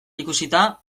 ikusita